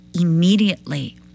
immediately